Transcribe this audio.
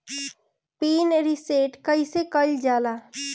Pin reset कईसे करल जाला?